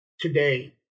today